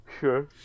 Sure